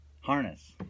Harness